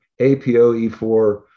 APOE4